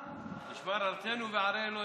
משמר ארצנו וערי אלוקינו.